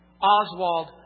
Oswald